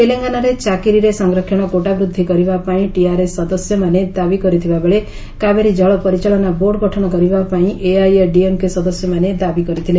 ତେଲଙ୍ଗାନାରେ ଚାକିରିରେ ସଂରକ୍ଷଣ କୋଟା ବୃଦ୍ଧି କରିବାପାଇଁ ଟିଆର୍ଏସ୍ ସଦସ୍ୟମାନେ ଦାବି କରିଥିବାବେଳେ କାବେରୀ ଜଜଳ ପରିଚାଳନା ବୋର୍ଡ଼ ଗଠନ କରିବାପାଇଁ ଏଆଇଏଡିଏମ୍କେ ସଦସ୍ୟମାନେ ଦାବି କରିଥିଲେ